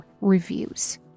reviews